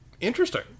interesting